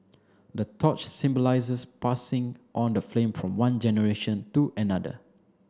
the torch symbolizes passing on the flame from one generation to another